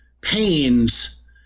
pains